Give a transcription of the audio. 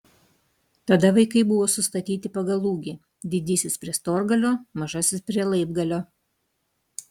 tada vaikai buvo sustatyti pagal ūgį didysis prie storgalio mažasis prie laibgalio